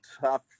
tough